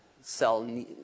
cell